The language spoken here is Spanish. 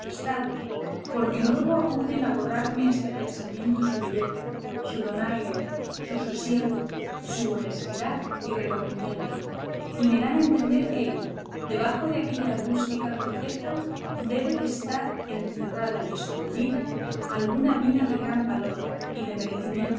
porque luego acuden a borrarme este pensamiento su belleza su donaire su sosiego su honestidad y recogimiento y me dan a entender que debajo de aquella rústica corteza debe de estar encerrada y escondida alguna mina de gran valor y de merecimiento